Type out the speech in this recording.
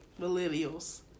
millennials